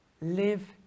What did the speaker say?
Live